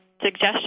suggestion